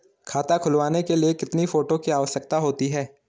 खाता खुलवाने के लिए कितने फोटो की आवश्यकता होती है?